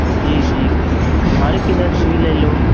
जी जी कि हमारे किधर से भी ले लो